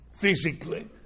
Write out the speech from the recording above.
physically